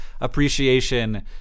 appreciation